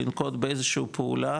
לנקוט באיזושהי פעולה